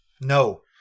no